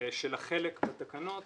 של החלק בתקנות